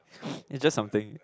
it's just something